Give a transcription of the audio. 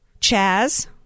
Chaz